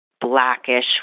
blackish